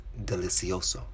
delicioso